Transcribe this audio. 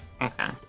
Okay